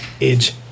Edge